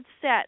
set